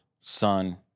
son